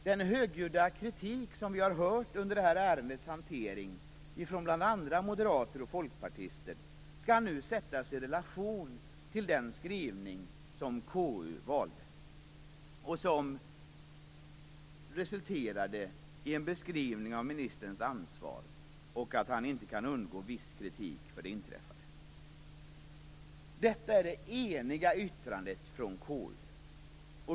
Den högljudda kritik vi har hört under det här ärendets hantering från bl.a. moderater och folkpartister, skall nu sättas i relation till den skrivning som KU valt, och som resulterat i en beskrivning av ministerns ansvar och att han inte kan undgå viss kritik för det inträffade. Detta är det eniga yttrandet från KU.